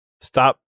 stop